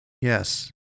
Yes